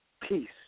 Peace